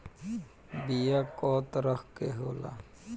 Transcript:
बीया कव तरह क होला?